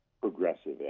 progressive